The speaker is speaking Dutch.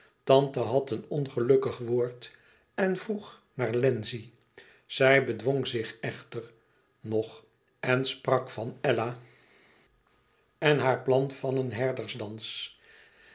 tante had een ongelukkig woord en vroeg naar wlenzci zij bedwong e ids aargang zich echter nog en sprak van ella en haar plan van een